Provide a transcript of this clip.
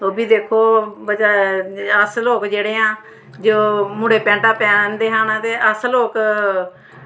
ओह् बी देक्खो अस लोग जेह्ड़े आं जो मुड़े पैंटां पैंह्नदे हे ते अस लोग